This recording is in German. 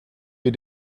wir